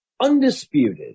UNDISPUTED